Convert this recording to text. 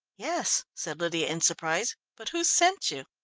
yes, said lydia in surprise. but who sent you?